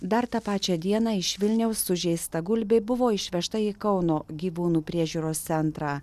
dar tą pačią dieną iš vilniaus sužeista gulbė buvo išvežta į kauno gyvūnų priežiūros centrą